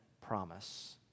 promise